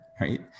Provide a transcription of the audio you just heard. Right